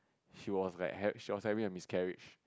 she was like had she was having a miscarriage